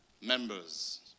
members